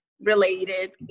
related